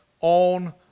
on